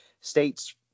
State's